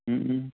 ଉଁ ହୁଁ